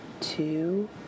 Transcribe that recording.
two